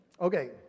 okay